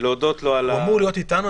הוא אמור להיות איתנו.